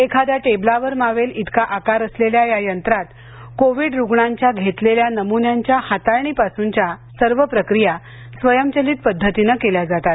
एखाद्या टेबलावर मावेल इतका आकार असलेल्या या यंत्रात कोविड रुग्णांच्या घेतलेल्या नमुन्यांच्या हाताळणीपासूनच्या सर्व प्रक्रिया स्वयंचलित पद्धतीने केल्या जातात